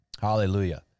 Hallelujah